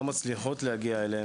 לא מצליחות להגיע אליהם.